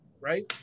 right